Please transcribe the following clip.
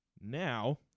Now